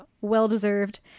well-deserved